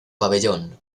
pabellón